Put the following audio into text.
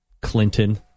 Clinton